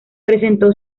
presentó